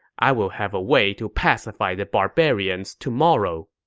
i will have a way to pacify the barbarians tomorrow.